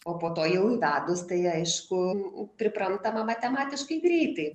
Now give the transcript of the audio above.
o po to jau įvedus tai aišku priprantama matematiškai greitai